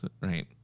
right